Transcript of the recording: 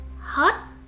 hot